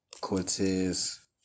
Cortez